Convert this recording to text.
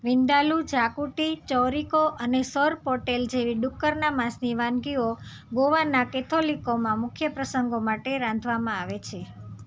વિન્દાલૂ ઝાકુટી ચૌરિકો અને સોરપોટેલ જેવી ડુક્કરના માંસની વાનગીઓ ગોવાના કેથોલિકોમાં મુખ્ય પ્રસંગો માટે રાંધવામાં આવે છે